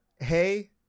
Hey